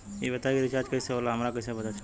ई बताई कि रिचार्ज कइसे होला हमरा कइसे पता चली?